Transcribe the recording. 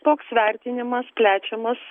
toks vertinimas plečiamas